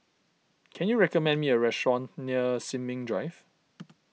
can you recommend me a restaurant near Sin Ming Drive